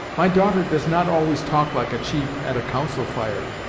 my daughter does not always talk like a chief at a council fire,